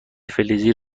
فلزی